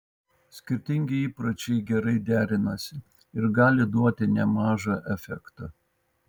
skirtingi įpročiai gerai derinasi ir gali duoti nemažą efektą